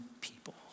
people